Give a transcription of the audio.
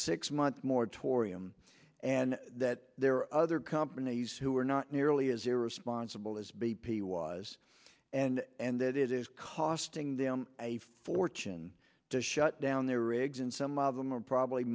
six month moratorium and that there are other companies who are not nearly as irresponsible as b p was and that it is costing them a fortune to shut down their rigs and some of them are probably